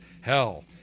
hell